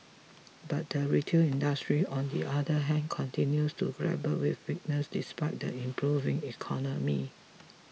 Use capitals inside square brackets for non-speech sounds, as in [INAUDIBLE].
[NOISE] but the retail industry on the other hand continues to grapple with weakness despite the improving economy